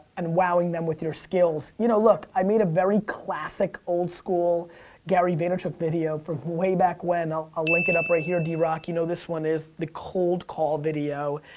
and wowing them with your skills. you know, look, i made a very classic, old-school gary vaynerchuk video from way back when. i'll ah link it up right here, drock. you know, this one is the cold call video.